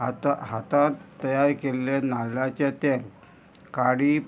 हाता हातांत तयार केल्ले नाल्लाचे तेल काडी